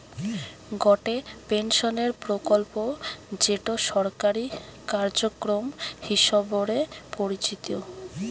গটে পেনশনের প্রকল্প যেটো সরকারি কার্যক্রম হিসবরে পরিচিত